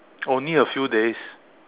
only a few days